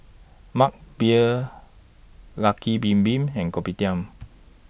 Mug Beer Lucky Bin Bin and Kopitiam